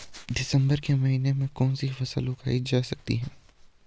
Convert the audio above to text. दिसम्बर के महीने में कौन सी फसल उगाई जा सकती है?